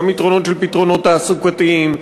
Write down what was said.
גם יתרונות של פתרונות תעסוקתיים,